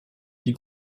die